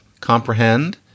comprehend